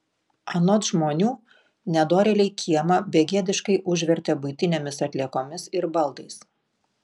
anot žmonių nedorėliai kiemą begėdiškai užvertė buitinėmis atliekomis ir baldais